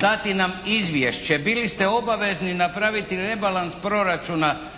dati nam izvješće, bili ste obavezni napraviti rebalans proračuna